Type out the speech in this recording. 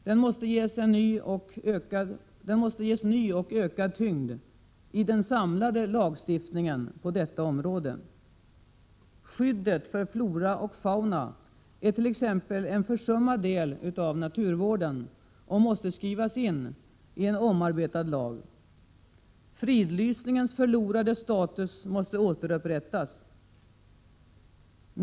Den måste ges ny och ökad tyngd i den samlade lagstiftningen på detta område. Skyddet för flora och fauna är t.ex. en försummad del av naturvården och måste skrivas in i en omarbetad lag. Fridlysningens förlorade status måste återupprättas.